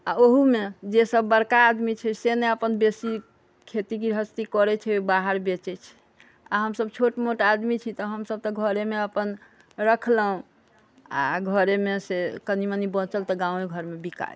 आ ओहुमे जेसब बड़का आदमी छै से ने अपन बेसी खेती गृहस्थी करै छै बाहर बेचै छै आओर हमसब छोट मोट आदमी छी तऽ हमसब तऽ घरेमे अपन रखलहुँ आओर घरेमे सँ कनी मनी बचल तऽ गाँवे घरमे बिका गेल